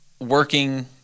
working